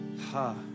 Ha